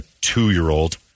two-year-old